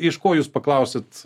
iš ko jūs paklausit